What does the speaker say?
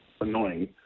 annoying